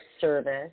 service